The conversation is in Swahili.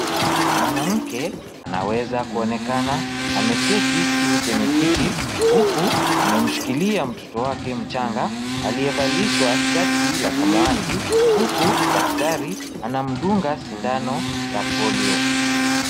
Mwanamke anaweza kuonekana ameketi chini kwenye kiti huku amemshikilia mtoto wake mchanga aliyevalishwa shati la samawati huku daktari anamdunga sindano ya polio .